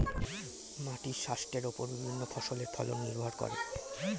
মাটির স্বাস্থ্যের ওপর বিভিন্ন ফসলের ফলন নির্ভর করে